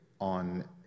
on